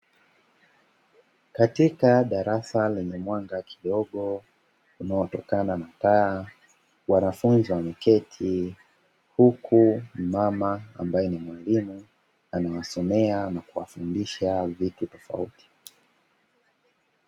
Katika darasa lenye mwanga kidogo unaotokana na paa, wanafunzi wameketi huku mama ambaye ni mwalimu anawasomea na kuwafundisha vitu tofauti.